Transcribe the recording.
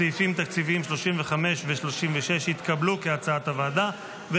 סעיפים תקציביים 35 ו-36, כהצעת הוועדה, התקבלו.